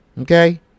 Okay